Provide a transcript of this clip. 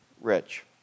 Rich